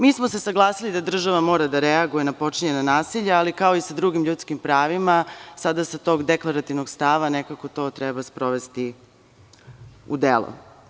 Mi smo se saglasili da država mora da reaguje na počinjena nasilja, ali kao i sa drugim ljudskim pravima, sada sa tog deklarativnog stava nekako to treba sprovesti u delo.